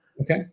okay